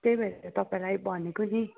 त्यही भएर तपाईँलाई भनेको नि